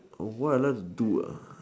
oh what I like to do ah